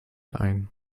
ein